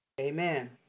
Amen